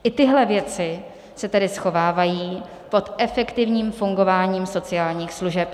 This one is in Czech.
I tyhle věci se tedy schovávají pod efektivním fungováním sociálních služeb.